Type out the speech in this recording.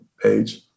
page